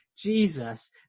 jesus